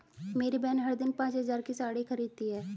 मेरी बहन हर दिन पांच हज़ार की साड़ी खरीदती है